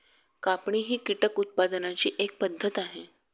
कापणी ही कीटक उत्पादनाची एक पद्धत आहे